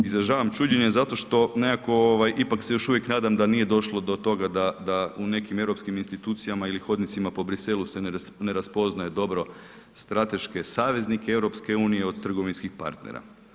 Izražavam čuđenje zato što nekako ipak se još uvijek nadam da nije došlo do toga da u nekim europskim institucijama ili hodnicima po Briselu se ne raspoznaje dobro strateške saveznike EU od trgovinskih partnera.